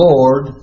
Lord